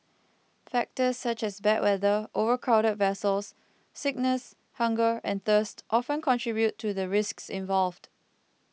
factors such as bad weather overcrowded vessels sickness hunger and thirst often contribute to the risks involved